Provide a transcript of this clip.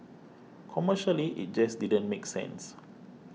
commercially it just didn't make sense